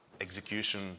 execution